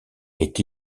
est